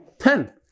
Ten